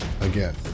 again